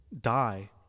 die